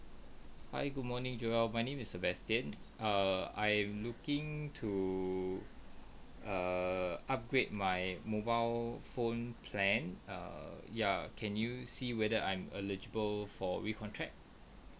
hi good morning jovelle my name is sebastian err I'm looking to err upgrade my mobile phone plan err ya can you see whether I'm eligible for re-contract